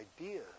idea